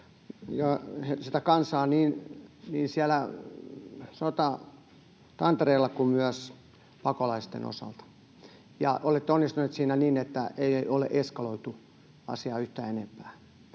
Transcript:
kansaa niin siellä sotatantereilla kuin myös pakolaisten osalta ja olette onnistuneet siinä niin, että ei ole eskaloitu asiaa yhtään enempää.